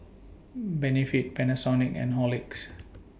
Benefit Panasonic and Horlicks